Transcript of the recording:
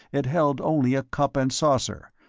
it held only a cup and saucer,